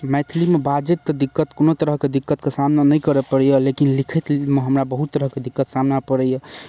मैथिलीमे बाजैत तऽ दिक्कत कोनो तरहके दिक्कत कऽ सामना नहि करऽ पड़ैया लेकिन लिखैतमे हमरा बहुत तरहके दिक्कत सामना पड़ैया